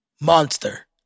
Monster